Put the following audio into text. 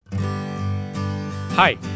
Hi